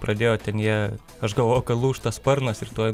pradėjo ten jie aš galvojau kad lūžta sparnas ir tuoj